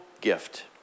gift